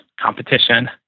competition